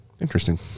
Interesting